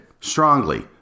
strongly